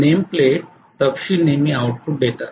name plate तपशील नेहमी output देतात